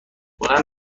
بلند